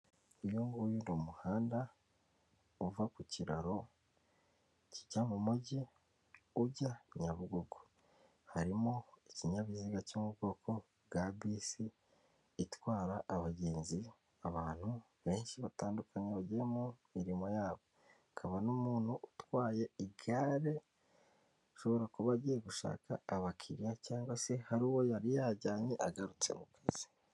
Uyu nguyu ni umuhanda uva ku kiraro kijya mu mujyi ujya Nyabugogo, harimo ikinyabiziga cyo mu bwoko bwa bisi itwara abagenzi, abantu benshi batandukanye bagiye mu mirimo yabo, hakaba n'umuntu utwaye igare ushobora kuba agiye gushaka abakiriya cyangwa se hari uwo yari yajyanye agarutse mu kazi.